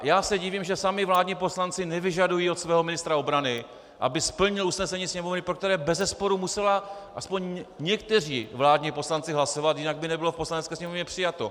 Já se divím, že sami vládní poslanci nevyžadují od svého ministra obrany, aby splnil usnesení Sněmovny, pro které bezesporu museli aspoň někteří vládní poslanci hlasovat, jinak by nebylo v Poslanecké sněmovně přijato.